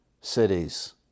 cities